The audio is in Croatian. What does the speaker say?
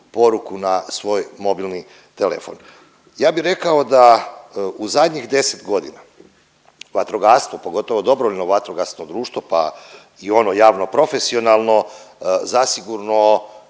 poruku na svoj mobilni telefon. Ja bi rekao da u zadnjih 10.g. vatrogastvo, pogotovo DVD, pa i ono javno profesionalno zasigurno